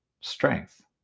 strength